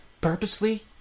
purposely